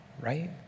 right